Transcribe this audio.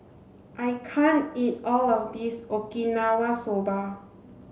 I can't eat all of this Okinawa soba